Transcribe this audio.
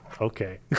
okay